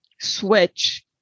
switch